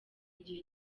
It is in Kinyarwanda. igihe